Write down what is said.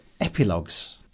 epilogues